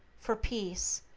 for peace,